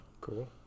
cool